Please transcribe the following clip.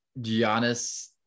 Giannis